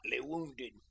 wounded